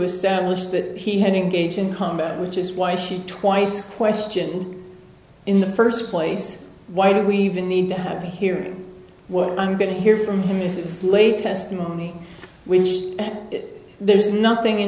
establish that he had engaged in combat which is why she twice question in the first place why do we even need to have to hear what i'm going to hear from him this is late testimony which there is nothing in